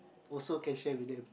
also can share with them